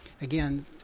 again